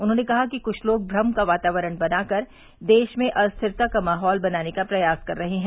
उन्होंने कहा कि कुछ लोग भ्रम का वातावरण बनाकर देश में अस्थिरता का माहौल बनाने का प्रयास कर रहे हैं